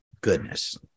Goodness